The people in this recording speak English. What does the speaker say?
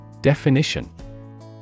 Definition